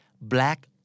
black